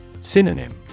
Synonym